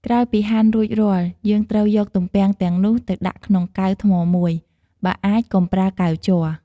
ក្រោយពីហាន់រួចរាល់ យើងត្រូវយកទំពាំងទាំងនោះទៅដាក់ក្នុងកែវថ្មមួយ បើអាច កុំប្រើកែវជ័រ។